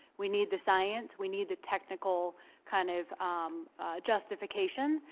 we need the science. we need the technical kind of justification.